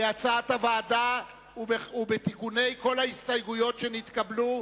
כהצעת הוועדה ובתיקוני כל ההסתייגויות שנתקבלו.